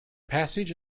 passage